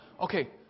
Okay